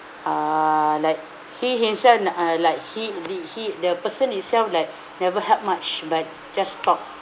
uh like he himself uh like he the he the person itself like never help much but just talk